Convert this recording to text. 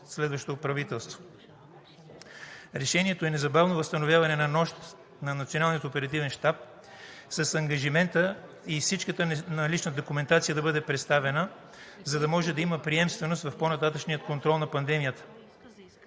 следващото правителство. Решението е незабавно възстановяване на Националния оперативен щаб с ангажимента и всичката налична документация да бъде представена, за да може да има приемственост в по-нататъшния контрол на пандемията.